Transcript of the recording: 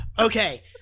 Okay